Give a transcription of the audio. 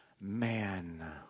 man